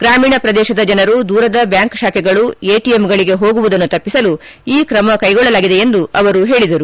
ಗ್ರಾಮೀಣ ಪ್ರದೇಶದ ಜನರು ದೂರದ ಬ್ಲಾಂಕ್ ಶಾಖೆಗಳು ಎಟಿಎಂಗಳಗೆ ಹೋಗುವುದನ್ನು ತಪ್ಪಿಸಲು ಈ ್ರಮ ಕೈಗೊಳ್ಳಲಾಗಿದೆ ಎಂದು ಅವರು ಹೇಳಿದರು